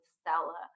stella